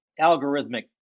algorithmic